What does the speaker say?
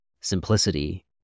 simplicity